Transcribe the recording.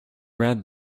read